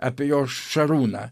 apie jo šarūną